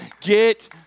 Get